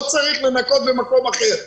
לא צריך לנקות באופן אחר.